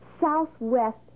Southwest